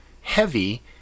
heavy